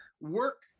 work